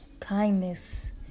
Kindness